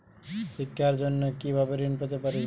শিক্ষার জন্য কি ভাবে ঋণ পেতে পারি?